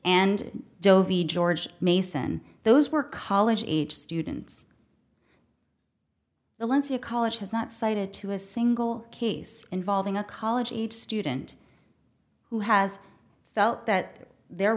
dovi george mason those were college age students the n c a college has not cited to a single case involving a college age student who has felt that their